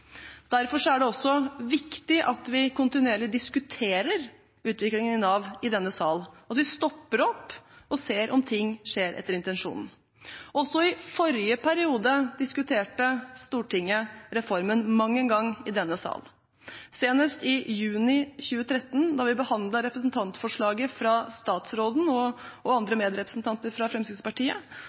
Derfor er det også viktig at vi kontinuerlig diskuterer utviklingen i Nav i denne sal, og at vi stopper opp og ser om ting skjer etter intensjonene. Også i forrige periode diskuterte Stortinget reformen mang en gang i denne salen. Senest i juni i 2013 da vi behandlet representantforslaget fra daværende stortingsrepresentant, nå statsråd, og andre medrepresentanter fra Fremskrittspartiet